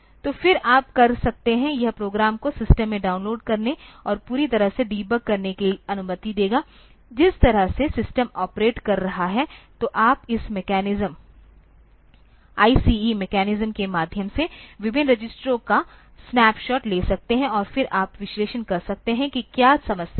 तो फिर आप कर सकते हैं यह प्रोग्राम को सिस्टम में डाउनलोड करने और पूरी तरह से डिबग करने की अनुमति देगा जिस तरह से सिस्टम ऑपरेट कर रहा है तो आप इस मैकेनिज्म ICE मैकेनिज्म के माध्यम से विभिन्न रजिस्टरों का स्नैपशॉट ले सकते हैं और फिर आप विश्लेषण कर सकते हैं कि क्या समस्या है